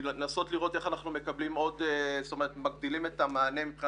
לנסות לראות איך אנחנו מגדילים את המענה כדי